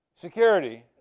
Security